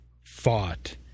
fought